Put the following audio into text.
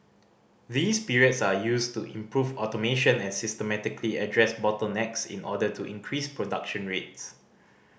these periods are used to improve automation and systematically address bottlenecks in order to increase production rates